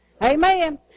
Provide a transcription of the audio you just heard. Amen